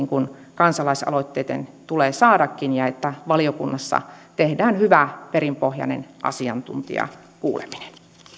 kuin kansalaisaloitteiden tulee saadakin ja että valiokunnassa tehdään hyvä perinpohjainen asiantuntijakuuleminen